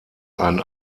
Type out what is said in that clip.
ein